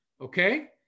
Okay